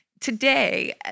Today